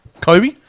Kobe